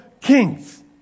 kings